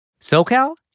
SoCal